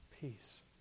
Peace